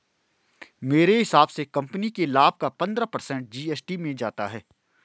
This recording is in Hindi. मेरे हिसाब से कंपनी के लाभ का पंद्रह पर्सेंट जी.एस.टी में जाता है